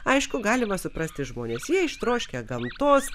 aišku galima suprasti žmones jie ištroškę gamtos